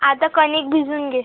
आता कणिक भिजवून घे